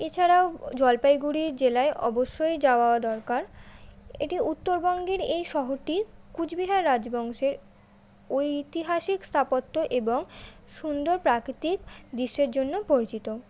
এছাড়াও জলপাইগুড়ি জেলায় অবশ্যই যাওয়া দরকার এটি উত্তরবঙ্গের এই শহরটি কোচবিহার রাজবংশের ঐতিহাসিক স্থাপত্য এবং সুন্দর প্রাকৃতিক দৃশ্যের জন্য পরিচিত